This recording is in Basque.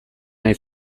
nahi